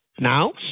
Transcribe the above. now